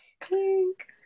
clink